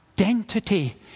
identity